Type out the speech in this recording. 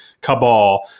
cabal